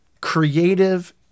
creative